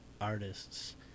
artists